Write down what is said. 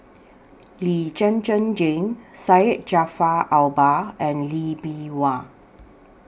Lee Zhen Zhen Jane Syed Jaafar Albar and Lee Bee Wah